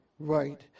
Right